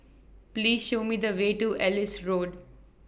Please Show Me The Way to Ellis Road